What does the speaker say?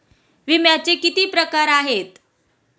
विम्याचे किती प्रकार आहेत?